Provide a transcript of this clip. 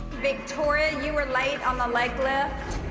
victoria, you were late on the leg lift.